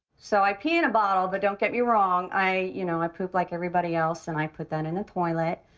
so, i pee in a bottle, but don't get me wrong. i, you know i poop like everybody else, and i put that in a toilet,